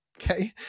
Okay